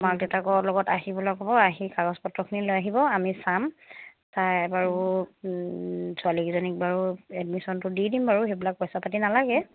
মাক দেউতাকৰ লগত আহিবলৈ ক'ব আহি কাগজপত্ৰখিনি লৈ আহিব আমি চাম চাই বাৰু ছোৱালীকেইজনীক বাৰু এডমিশ্যনটো দি দিম বাৰু সেইবিলাক পইচা পাতি নালাগে